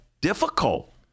difficult